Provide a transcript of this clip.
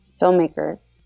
filmmakers